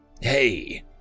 Hey